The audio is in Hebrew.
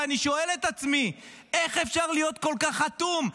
ואני שואל את עצמי: איך אפשר להיות כל כך אטום?